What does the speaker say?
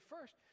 first